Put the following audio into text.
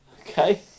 Okay